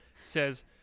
says